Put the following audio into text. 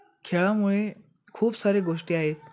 खेळामुळे खूप सारे गोष्टी आहेत